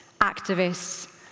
activists